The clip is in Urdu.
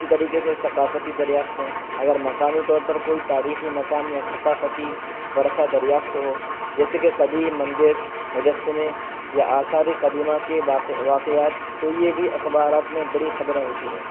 اسی طریقے سے ثقافتی دریافتیں اگر مقامی طور پر کوئی تاریخی مقام یا ثقافتی ورثہ دریافت ہو جیسے کہ قدیم مندر مجسمے یا آثارِ قدیمہ کے واقعات تو یہ بھی اخبارات میں بڑی خبریں ہوتی ہیں